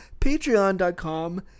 patreon.com